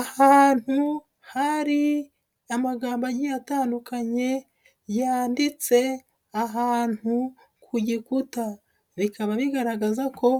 Ahantu hari amagambo agiye atandukanye, yanditse ahantu ku gikuta. Bikaba bigaragaza ko